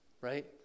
Right